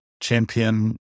Champion